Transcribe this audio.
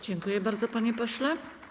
Dziękuję bardzo, panie pośle.